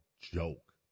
joke